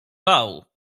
bał